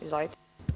Izvolite.